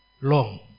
long